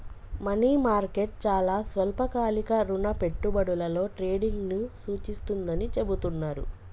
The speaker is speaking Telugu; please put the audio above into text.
మనీ మార్కెట్ చాలా స్వల్పకాలిక రుణ పెట్టుబడులలో ట్రేడింగ్ను సూచిస్తుందని చెబుతున్నరు